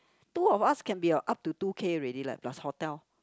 two of us can be uh up to two K already leh plus hotel